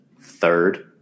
third